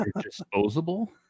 disposable